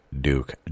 Duke